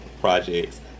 projects